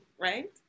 right